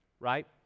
Right